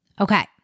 Okay